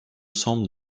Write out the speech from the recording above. semble